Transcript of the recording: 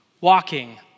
walking